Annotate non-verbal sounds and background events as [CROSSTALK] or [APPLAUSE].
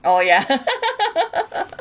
oh ya [LAUGHS]